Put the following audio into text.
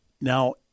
Now